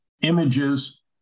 Images